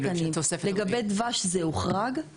לגבי דבש זה הוחרג,